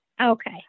Okay